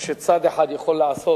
או שצד אחד יכול לעשות